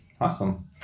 Awesome